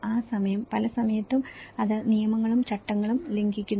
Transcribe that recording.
ആ സമയം പല സമയത്തും അത് നിയമങ്ങളും ചട്ടങ്ങളും ലംഘിക്കുന്നു